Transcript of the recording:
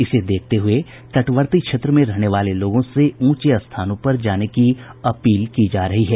इसे देखते हुए तटवर्ती क्षेत्र में रहने वाले लोगों से ऊंचे स्थानों पर जाने की अपील की जा रही है